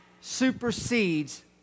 supersedes